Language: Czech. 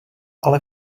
ale